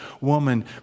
woman